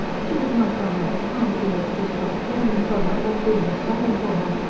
she would not on that account be able to stop caring for her, or feeling sorry for her.